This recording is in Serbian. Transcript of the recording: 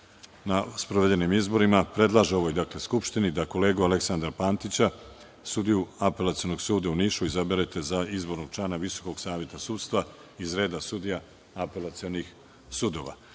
na sprovedenim izborima, predlaže Skupštini da kolegu Aleksandra Pantića, sudiju Apelacionog suda u Nišu izaberete za izbornog člana Visokog saveta sudstva, iz reda sudija apelacionih sudova.